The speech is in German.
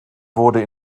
wurde